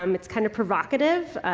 um it's kind of provocative.